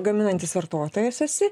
gaminantis vartotojas esi